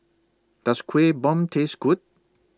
Does Kueh Bom Taste Good